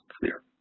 clear